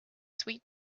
sweet